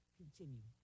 continue